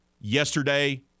yesterday